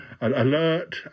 alert